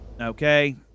Okay